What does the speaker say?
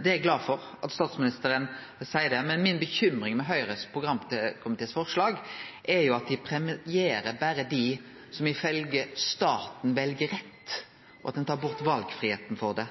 Eg er glad for at statsministeren seier det. Men mi bekymring over forslaget frå Høgres programkomité er at ein premierer berre dei som ifølgje staten vel rett, og at ein tar bort valfridomen med det.